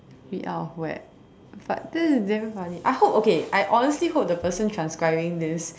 be out of whack but that is damn funny I hope okay I honestly hope the person transcribing this